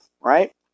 right